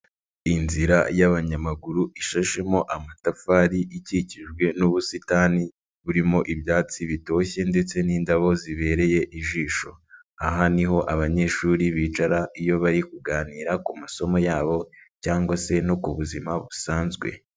Inzira y'abanyamaguru ishashemo amatafari, ikikijwe n'ubusitani burimo ibyatsi bitoshye ndetse n'indabo zibereye ijisho, aha niho abanyeshuri bicara iyo bari kuganira ku masomo yabo cyangwa se no ku buzima busanzwe.